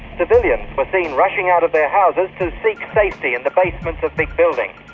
civilians were seen rushing out of their houses to seek safety in the basements of big buildings.